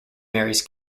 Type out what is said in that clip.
marries